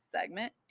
segment